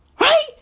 Right